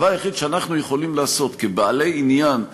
הדבר היחיד שאנחנו יכולים לעשות כבעלי עניין,